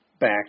back